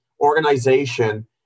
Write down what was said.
organization